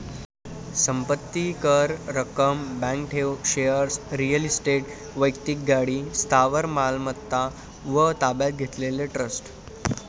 संपत्ती कर, रक्कम, बँक ठेव, शेअर्स, रिअल इस्टेट, वैक्तिक गाडी, स्थावर मालमत्ता व ताब्यात घेतलेले ट्रस्ट